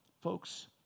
folks